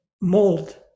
mold